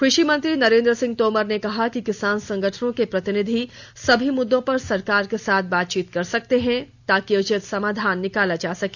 कृषि मंत्री नरेन्द्र सिंह तोमर ने कहा कि किसान संगठनों के प्रतिनिधि सभी मुद्दों पर सरकार के साथ बातचीत कर सकते हैं ताकि उचित समाधान निकाला जा सके